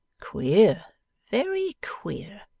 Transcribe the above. queer very queer